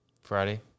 Friday